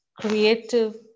creative